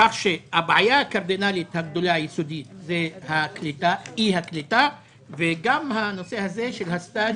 הבעיה הקרדינלית הגדולה היסודית היא אי הקליטה וגם הנושא הזה של הסטז'.